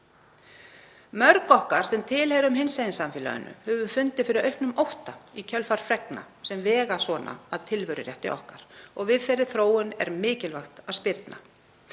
Mörg okkar sem tilheyrum hinsegin samfélaginu höfum fundið fyrir auknum ótta í kjölfar fregna sem vega þannig að tilverurétti okkar. Við þeirri þróun er mikilvægt að spyrna.